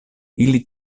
ili